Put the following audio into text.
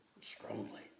strongly